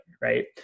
right